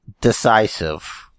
Decisive